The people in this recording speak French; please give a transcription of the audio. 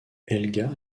helga